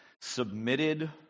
submitted